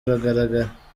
uragaragara